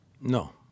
No